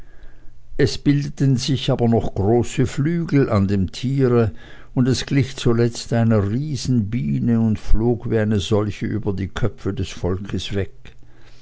es bildeten sich aber noch große flügel an dem tiere und es glich zuletzt einer riesenbiene und flog wie eine solche über die köpfe des volkes weg